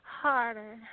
harder